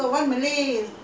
diamond royal